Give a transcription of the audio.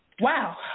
Wow